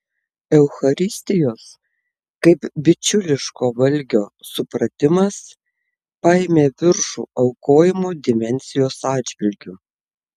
eucharistijos kaip bičiuliško valgio supratimas paėmė viršų aukojimo dimensijos atžvilgiu